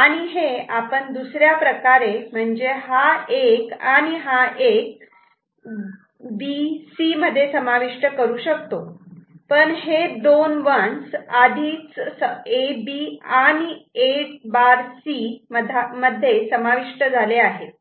आणि हे आपण दुसऱ्या प्रकारे म्हणजे हा 1 आणि हा 1 B C मध्ये समाविष्ट करू शकतो पण हे दोन 1's आधीच A B आणि A' C मध्ये समाविष्ट झाले आहेत